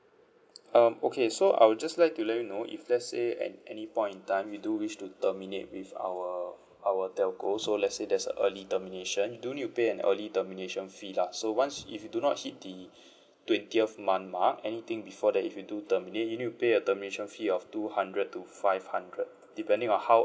um okay so I'll just like to let you know if let's say at any point in time you do wish to terminate with our our telco so let's say there's a early termination you do need to pay an early termination fee lah so once if you do not hit the twentieth month mark anything before that if you do terminate you need to pay a termination fee of two hundred to five hundred depending on how